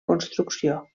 construcció